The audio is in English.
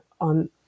on